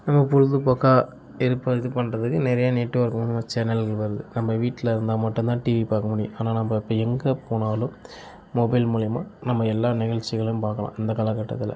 நம்ம பொழுதுபோக்காக இருப்ப இது பண்றதுக்கு நிறைய நெட்வொர்க்லாம் சேனல் வருது நம்ம வீட்டில் இருந்தால் மட்டும்தான் டிவி பார்க்கமுடியும் ஆனால் நம்ம இப்போ எங்கே போனாலும் மொபைல் மூலிமா நம்ம எல்லா நிகழ்ச்சிகளும் பார்க்கலாம் இந்த காலகட்டத்தில்